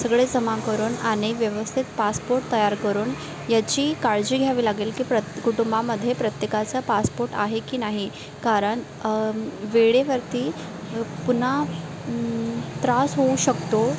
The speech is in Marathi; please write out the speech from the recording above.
सगळे जमा करून आणि व्यवस्थित पासपोट तयार करून याची काळजी घ्यावी लागेल की प्रत कुटुंबामध्ये प्रत्येकाचा पासपोट आहे की नाही कारण वेळेवरती पुन्हा त्रास होऊ शकतो